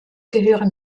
gehören